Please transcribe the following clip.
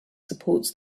supports